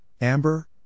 amber